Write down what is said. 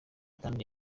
kandi